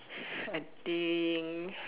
I think